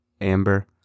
amber